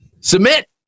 submit